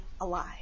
alive